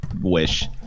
wish